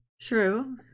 true